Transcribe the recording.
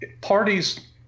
parties